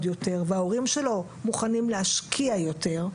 יותר וההורים שלו מוכנים להשקיע יותר,